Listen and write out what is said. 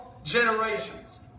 generations